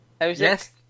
Yes